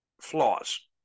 flaws